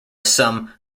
some